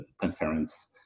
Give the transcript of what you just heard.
conference